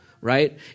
right